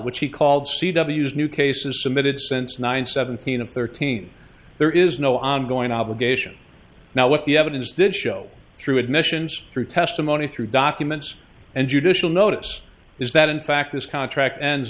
which he called c w's new cases submitted since nine seventeen of thirteen there is no ongoing obligation now what the evidence did show through admissions through testimony through documents and judicial notice is that in fact this contract ends